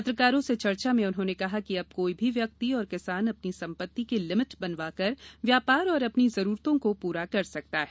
पत्रकारों से चर्चा में उन्होंने कहा कि अब कोई भी व्यक्ति और किसान अपनी संपत्ति की लिमिट बनवाकर व्यापार और अपनी जरूरतों को पूरा कर सकता है